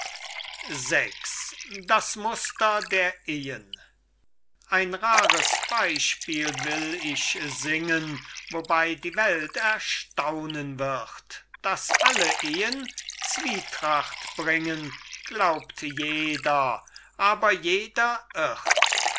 ehen ein rares beispiel will ich singen wobei die welt erstaunen wird daß alle ehen zwietracht bringen glaubt jeder aber jeder irrt